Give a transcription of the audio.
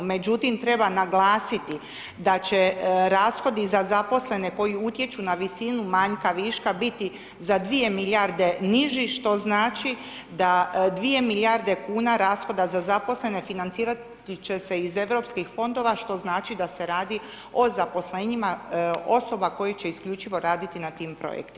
Međutim, treba naglasiti da će rashodi za zaposlene koji utječu na visinu manjka, viška, biti za dvije milijarde niži, što znači da dvije milijarde kuna rashoda za zaposlene, financirati će se iz Europskih fondova, što znači da se radi o zaposlenjima osoba koje će isključivo raditi na tim projektima.